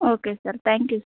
okay sir thank you